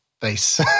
face